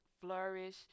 flourish